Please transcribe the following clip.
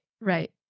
right